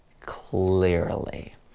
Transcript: clearly